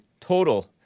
total